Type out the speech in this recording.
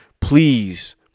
Please